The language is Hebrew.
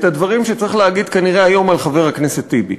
חבר הכנסת פריג',